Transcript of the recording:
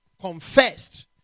confessed